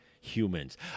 humans